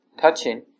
touching